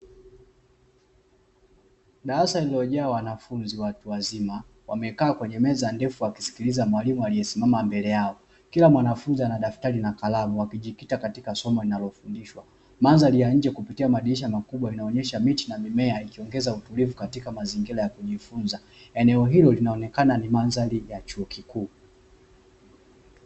Darasa lililojaa wanafunzi watu wazima wamekaa kwenye meza ndefu wakimsikiliza mwalimu aliye simama mbele yao, kila mwanafunzi ana dafutari na karamu akijikita na somo linalofundishwa. Madhari ya nje kupitia madirisha makubwa inayoonyesha miti na mimea ikiongeza utulivu katika mazingira ya kujifunza, eneo hilo linaonekana ni madhari ya chuo kikuu.